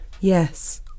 Yes